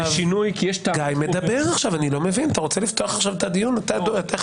ופטת במדינת ישראל תהיה שותפה אפילו בדיון על האיזון הערכי שאנחנו